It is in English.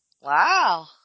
Wow